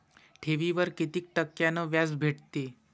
ठेवीवर कितीक टक्क्यान व्याज भेटते?